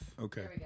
Okay